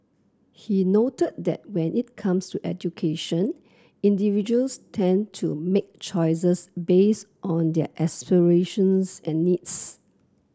he noted that when it comes to education individuals tend to make choices based on their aspirations and needs